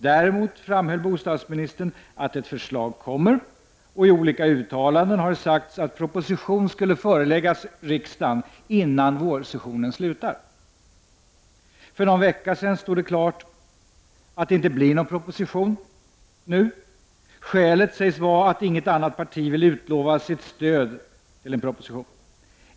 Däremot framhöll bostadsministern att ett förslag kommer, och i olika uttalanden har sagts att proposition skulle föreläggas riksdagen innan vårsessionen slutar. För någon vecka sedan stod det klart att det inte blir någon proposition nu. Skälet sägs vara att inget annat parti vill utlova sitt stöd till propositionen.